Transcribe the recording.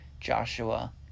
Joshua